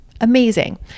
amazing